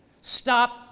stop